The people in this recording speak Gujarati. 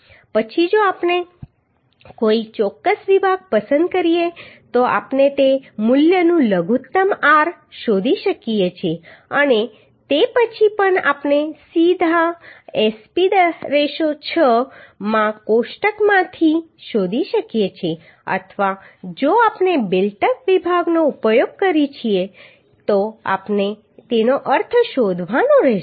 પછી જો આપણે કોઈ ચોક્કસ વિભાગ પસંદ કરીએ તો આપણે તે મૂલ્યનું લઘુત્તમ આર શોધી શકીએ છીએ અને તે પણ આપણે સીધા SP 6 માં કોષ્ટકમાંથી શોધી શકીએ છીએ અથવા જો આપણે બિલ્ટ અપ વિભાગનો ઉપયોગ કરીએ છીએ તો આપણે તેનો અર્થ શોધવાનો રહેશે